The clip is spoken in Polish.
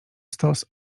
stos